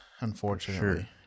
Unfortunately